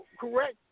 correct